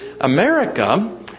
America